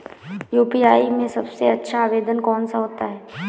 UPI में सबसे अच्छा आवेदन कौन सा होता है?